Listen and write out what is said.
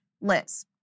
Liz